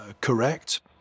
correct